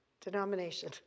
denomination